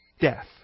death